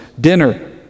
dinner